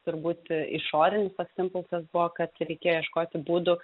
turbūt išorinis toks impulsas buvo kad reikia ieškoti būdų